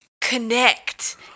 connect